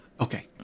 Okay